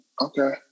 Okay